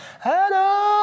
Hello